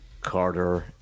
Carter